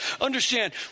Understand